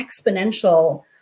exponential